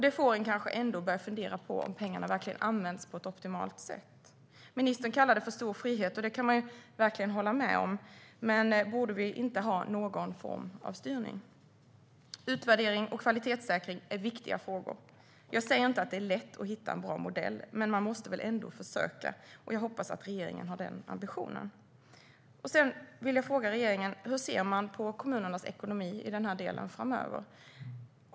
Det får en kanske ändå att börja fundera på om pengarna verkligen används på ett optimalt sätt. Ministern kallar det för stor frihet, och det kan man verkligen hålla med om, men borde vi inte ha någon form av styrning? Utvärdering och kvalitetssäkring är viktiga frågor. Jag säger inte att det är lätt att hitta en bra modell, men man måste väl ändå försöka? Jag hoppas att regeringen har den ambitionen. Jag vill fråga regeringen hur man ser på kommunernas ekonomi i den här delen framöver.